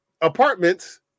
apartments